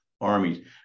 Armies